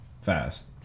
fast